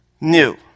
new